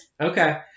Okay